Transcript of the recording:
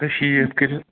اکھ ہَتھ شیٖتھ کٔرِو